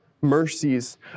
mercies